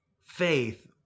faith